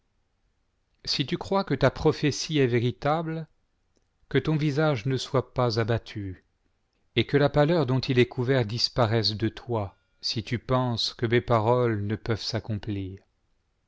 si tu crois que ta prophétie est véritable que ton visage ne soit pas abattu et que la pâleur dont il est couvert disparaisse de toi si tu penses que mes paroles ne peuvent s'accomplir